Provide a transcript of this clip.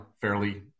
fairly